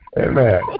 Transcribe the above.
Amen